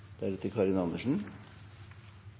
Da er